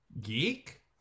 geek